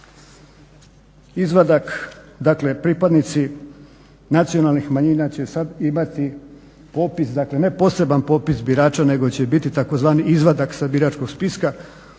dakle pripadnici nacionalnih manjina će sad imati popis, dakle ne poseban popis birača nego će biti tzv. izvadak sa biračkog spiska